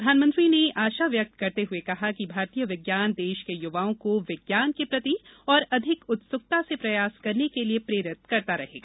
प्रधानमंत्री ने आशा व्यक्त करते हुए कहा कि भारतीय विज्ञान देश के युवाओं को विज्ञान के प्रति और अधिक उत्सुकता से प्रयास करने के लिए प्रेरित करता रहेगा